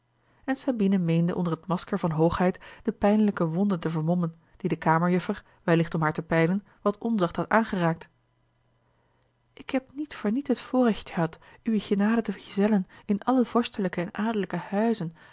en sabina meende onder het masker van hoogheid de pijnlijke wonde te vermommen die de kamerjuffer wellicht om haar te peilen wat onzacht had aangeraakt k heb niet voor niet het voorrecht gehad uwe genade te vergezellen in alle vorstelijke en adellijke huizen